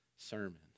Sermon